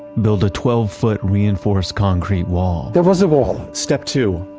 build a twelve foot reinforced concrete wall there was a wall step two.